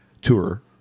Tour